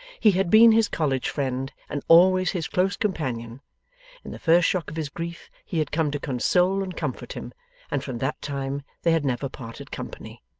he had been his college friend and always his close companion in the first shock of his grief he had come to console and comfort him and from that time they had never parted company.